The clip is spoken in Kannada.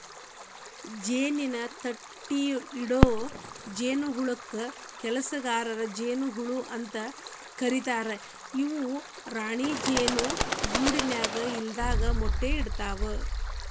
ಜೇನಿನ ತಟ್ಟಿಇಡೊ ಜೇನಹುಳಕ್ಕ ಕೆಲಸಗಾರ ಜೇನ ಹುಳ ಅಂತ ಕರೇತಾರ ಇವು ರಾಣಿ ಜೇನು ಗೂಡಿನ್ಯಾಗ ಇಲ್ಲದಾಗ ಮೊಟ್ಟಿ ಇಡ್ತವಾ